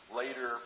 later